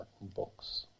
books